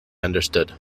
understood